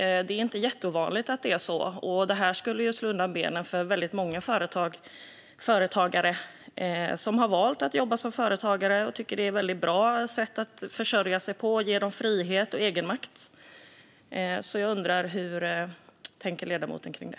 Det är inte jätteovanligt, och det här skulle slå undan benen för många företagare som har valt att jobba som företagare och tycker att det är ett bra sätt att försörja sig eftersom det ger dem frihet och egenmakt.